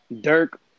Dirk